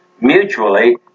mutually